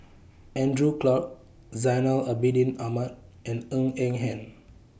Andrew Clarke Zainal Abidin Ahmad and Ng Eng Hen